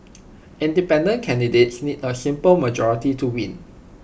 independent candidates need A simple majority to win